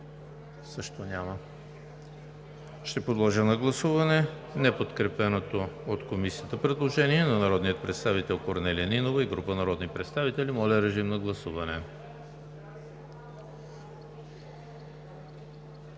Също няма. Ще подложа на гласуване неподкрепеното от Комисията предложение на народния представител Корнелия Нинова и група народни представители. Гласували